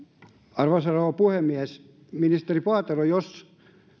arvoisa rouva puhemies ministeri paatero jos posti